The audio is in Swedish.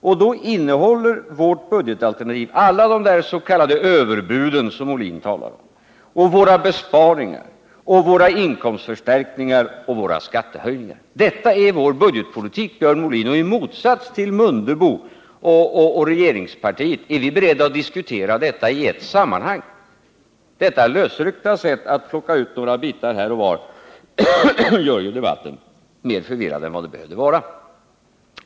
Och så innehåller vårt budgetalternativ alla de ”överbud” som Björn Molin talade om, och det innehåller våra besparingar, våra inkomstförstärkningar och våra skattehöjningar. Detta är vår budgetpolitik, Björn Molin, och i motsats till Ingemar Mundebo och regeringspartiet är vi beredda att diskutera dessa förslag i ett sammanhang. Detta lösryckta sätt att plocka ut några bitar här och var som ni praktiserar gör ju debatten mer förvirrande än den behöver vara.